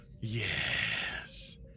Yes